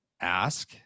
ask